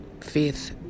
fifth